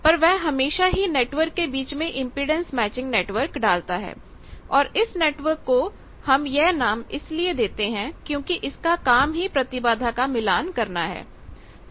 पर वह हमेशा ही नेटवर्क के बीच में इंपेडेंस मैचिंग नेटवर्क डालता है और इस नेटवर्क को हम यह नाम इसलिए देते हैं क्योंकि इसका काम ही प्रतिबाधा का मिलान करना है